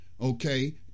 okay